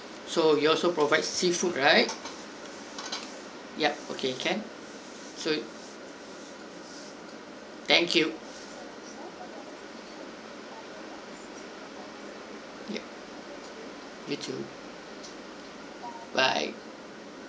so you all also provide seafood right yup okay can so thank you yup you too bye